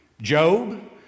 Job